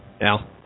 Al